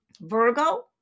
Virgo